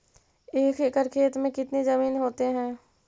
एक एकड़ खेत कितनी जमीन होते हैं?